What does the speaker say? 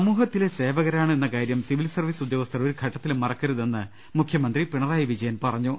സമൂഹത്തിലെ സേവകരാണ് എന്നു കാര്യംവ സിവിൽ സർവീസ് ഉദ്യോഗസ്ഥർ ഒരു ഘട്ടത്തിലും മറക്കരുത് എന്ന് മുഖ്യമന്ത്രി പിണ റായി വിജയൻ പറഞ്ഞു